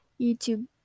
YouTube